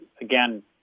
again